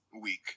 week